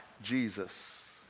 Jesus